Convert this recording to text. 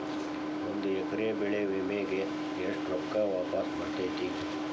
ಒಂದು ಎಕರೆ ಬೆಳೆ ವಿಮೆಗೆ ಎಷ್ಟ ರೊಕ್ಕ ವಾಪಸ್ ಬರತೇತಿ?